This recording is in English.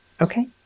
Okay